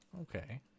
Okay